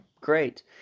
great